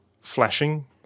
flashing